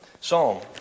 Psalm